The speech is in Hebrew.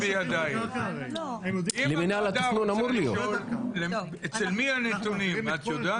אם הוועדה רוצה לשאול, אצל מי הנתונים את יודעת?